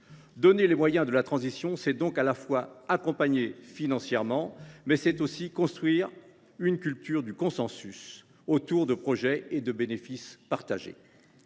Donner les moyens de la transition, c’est à la fois accompagner financièrement et construire une culture du consensus autour de projets et de bénéfices partagés.